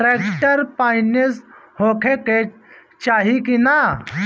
Tractor पाईनेस होखे के चाही कि ना?